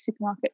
supermarkets